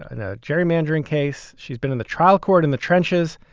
ah no gerrymandering case. she's been in the trial court, in the trenches.